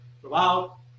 throughout